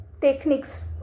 techniques